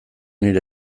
nire